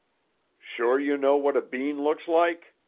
sure you know what a bean looks like?